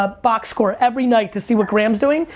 ah box score every night to see what graham's doing.